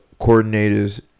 coordinators